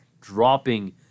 dropping